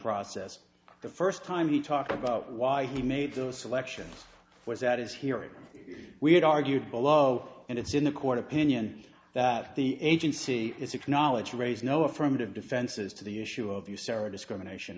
process the first time he talked about why he made the selection was that his hearing we had argued below and it's in the court opinion that the agency is acknowledge raise no affirmative defenses to the issue of userra discrimination